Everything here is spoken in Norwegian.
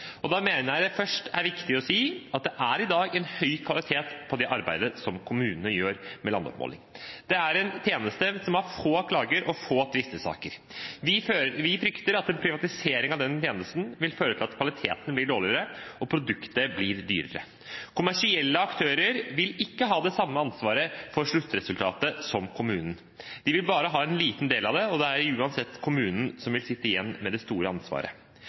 i dag en høy kvalitet på det arbeidet som kommunene gjør med landoppmåling. Det er en tjeneste som har få klager og få tvistesaker. Vi frykter at en privatisering av denne tjenesten vil føre til at kvaliteten blir dårligere og produktet blir dyrere. Kommersielle aktører vil ikke ha det samme ansvaret for sluttresultatet som kommunen. De vil bare ha en liten del av det, og det er uansett kommunen som vil sitte igjen med det store ansvaret.